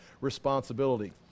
responsibility